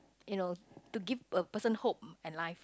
you know to give a person hope and life